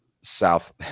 South